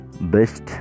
best